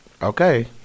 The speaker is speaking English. Okay